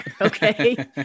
Okay